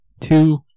two